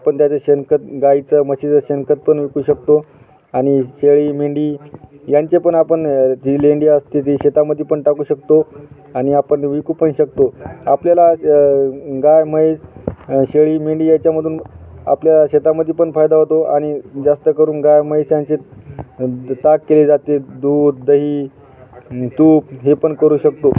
आपण त्याचं शेणखत गाईचं म्हशीचं शेणखत पण विकू शकतो आणि शेळी मेंढी यांचे पण आपण ती लेंडी असते ती शेतामध्ये पण टाकू शकतो आणि आपण विकू पण शकतो आपल्याला गाय म्हैस शेळी मेंढी याच्यामधून आपल्या शेतामध्ये पण फायदा होतो आणि जास्त करून गाय म्हैस यांचे ताक केले जाते दूध दही तूप हे पण करू शकतो